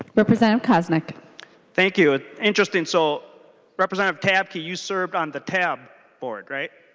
representative koznick thank you. interesting. so representative tabke you you served on the tap board right?